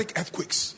earthquakes